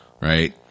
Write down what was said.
right